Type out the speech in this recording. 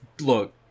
look